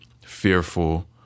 fearful